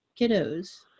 kiddos